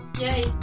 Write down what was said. Yay